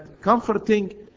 comforting